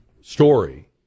story